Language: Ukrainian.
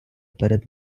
перед